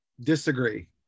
disagree